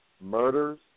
murders